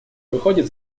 выходит